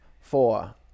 four